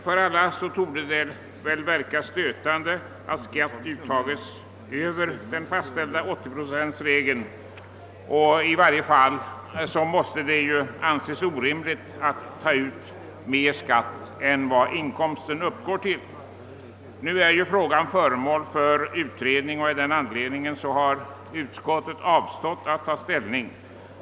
Det torde för oss alla verka stötande att skatt uttages över den fastställda 80-procentsgränsen. I varje fall måste det anses orimligt att ta ut mer skatt än vad inkomsten uppgår till. Frågan är nu föremål för utredning, och av denna anledning har utskottet avstått från att ta ställning.